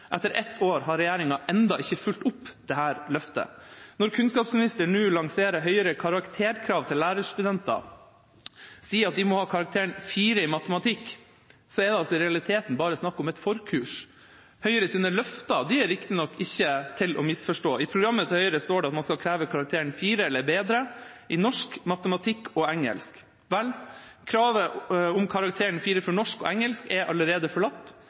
etter ett år har regjeringa ennå ikke fulgt opp dette løftet. Når kunnskapsministeren nå lanserer høyere karakterkrav til lærerstudenter og sier at de må ha karakteren 4 i matematikk, er det i realiteten bare snakk om et forkurs. Høyres løfter er riktignok ikke til å misforstå. I Høyres program står det at man skal kreve karakteren 4 eller bedre i norsk, matematikk og engelsk. Vel, kravet om karakteren 4 i norsk og engelsk er allerede